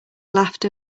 laughed